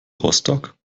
rostock